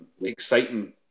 exciting